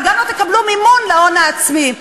אבל גם לא תקבלו מימון להון העצמי.